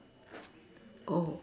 oh